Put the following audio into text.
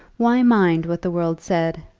why mind what the world said,